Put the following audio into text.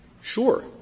Sure